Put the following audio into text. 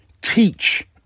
teach